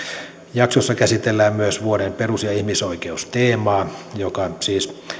jaksossa käsitellään myös vuoden perus ja ihmisoikeusteemaa joka siis